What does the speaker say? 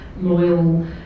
loyal